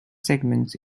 segments